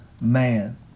man